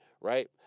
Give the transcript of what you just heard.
right